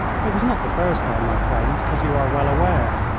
it was not the first time, my friends, as you are well aware,